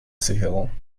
sicherung